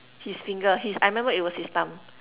his finger his I remember it was his thumb